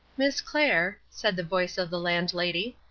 miss clair, said the voice of the landlady,